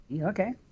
Okay